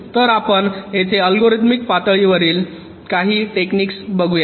तर आपण येथे अल्गोरिदम पातळीवरील काही टेक्निक्स बघुया